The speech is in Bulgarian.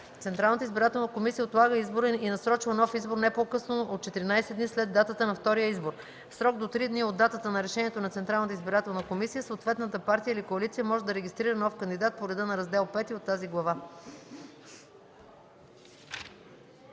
Централната избирателна комисия отлага избора и насрочва нов избор не по-късно от 14 дни след датата на втория избор. В срок до три дни от датата на решението на Централната избирателна комисия съответната партия или коалиция може да регистрира нов кандидат по реда на Раздел V от тази глава.”